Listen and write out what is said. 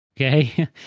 okay